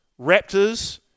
Raptors